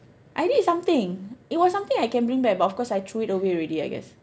I did something it was something I can bring back but of course I threw it away already I guess